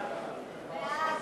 הודעת